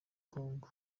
kongo